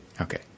Okay